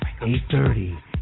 8.30